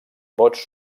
vots